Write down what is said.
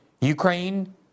Ukraine